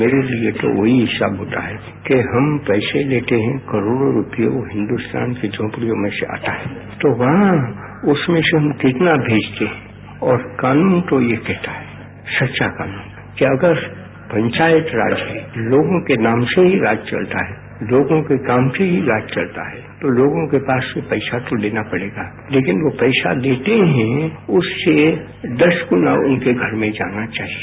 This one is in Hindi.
मेरे लिए तो वही हिसाब होता है कि हम पैसे लेते हैं करोड़ों रुपये हिन्दुस्तान की झोपड़ियों में से आता है तो वहां उसमें से हम कितना मेजते हैं और कानून तो ये कहता है सच्चा कानून कि अगर पंचायत राज है लोगों के नाम से ही राज चलता है लोगों के काम से ही राज चलता है तो लोगों के पास से पैसा तो लेना ही पडेगा लेकिन वो पैसा लेते हैं उससे दस गुना उसके घर में जाना चाहिए